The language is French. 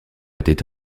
était